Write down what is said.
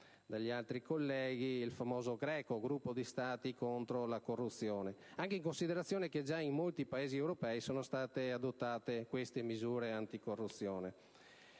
detto altri colleghi, dal GRECO (gruppo di Stati contro la corruzione), anche in considerazione del fatto che già in molti Paesi europei sono state adottate queste misure anticorruzione.